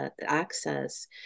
access